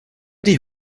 die